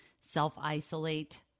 self-isolate